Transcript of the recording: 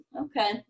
okay